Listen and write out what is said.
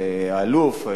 זה האלוף,